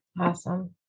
Awesome